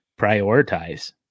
prioritize